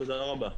תודה רבה.